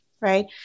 right